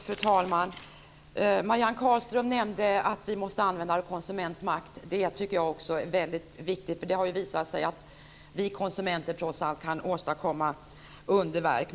Fru talman! Marianne Carlström nämnde att vi måste använda konsumentmakt. Det tycker jag också är väldigt viktigt. Det har visat sig att vi konsumenter kan åstadkomma underverk.